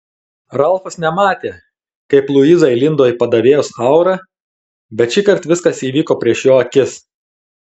ralfas nematė kaip luiza įlindo į padavėjos aurą bet šįkart viskas įvyko prieš jo akis